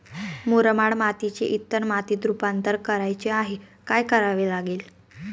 मुरमाड मातीचे इतर मातीत रुपांतर करायचे आहे, काय करावे लागेल?